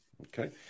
Okay